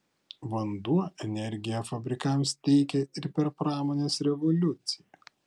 vanduo energiją fabrikams teikė ir per pramonės revoliuciją